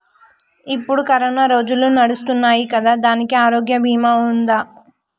ఇప్పుడు కరోనా రోజులు నడుస్తున్నాయి కదా, దానికి ఆరోగ్య బీమా ఉందా?